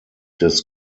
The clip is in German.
des